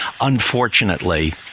Unfortunately